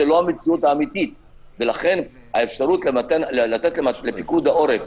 לכן האפשרות לתת לפיקוד העורף